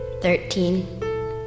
Thirteen